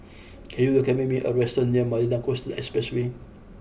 can you recommend me a restaurant near Marina Coastal Expressway